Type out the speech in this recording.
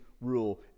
rule